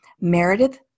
Meredith